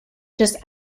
just